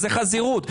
זה חזירות.